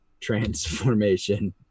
Transformation